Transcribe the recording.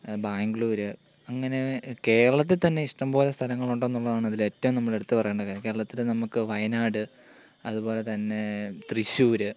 ബാംഗ്ലൂര് അങ്ങനെ കേരളത്തിൽത്തന്നെ ഇഷ്ടം പോലെ സ്ഥലങ്ങളുണ്ടെന്നുള്ളതാണ് ഇതിൽ ഏറ്റവും നമ്മളെടുത്ത് പറയേണ്ട കാര്യം കേരളത്തിൽ നമുക്ക് വയനാട് അതുപോലെതന്നെ തൃശ്ശൂർ